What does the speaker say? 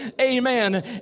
amen